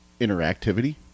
interactivity